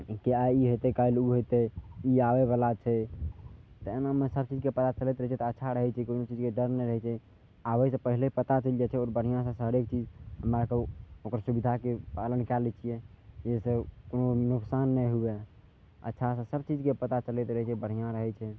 की आइ ई हेतै काल्हि ओ हेतै या आबै बला छै तऽ एनामे सभचीजके पता चलैत रहै छै तऽ अच्छा रहै छै कोनो चीजके डर नहि रहै छै आबै से पहिले पता चलि जाइ छै आओर बढ़िआँ सँ हरेक चीज हमरा कहूँ ओकर सुविधाके पालन कए लै छियै जइसँ कोनो भी नुकसान नहि हुए अच्छा से सभचीजके पता चलैत रहै छै बढ़िआँ रहै छै